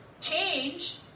change